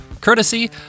courtesy